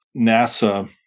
NASA